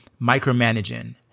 micromanaging